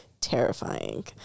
terrifying